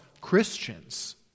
Christians